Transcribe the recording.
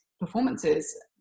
performances